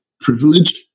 privileged